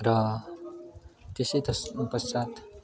र त्यसै त्यस ऊ पश्चात्